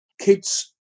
kids